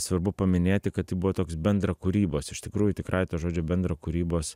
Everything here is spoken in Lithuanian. svarbu paminėti kad tai buvo toks bendrakūrybos iš tikrųjų tikrąja to žodžio bendrakūrybos